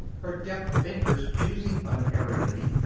her deft fingers choosing unerringly,